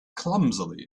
clumsily